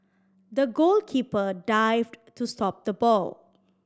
the goalkeeper dived to stop the ball